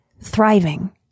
thriving